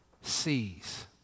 sees